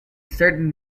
certain